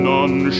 None